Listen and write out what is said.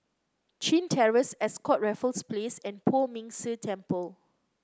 Chin Terrace Ascott Raffles Place and Poh Ming Tse Temple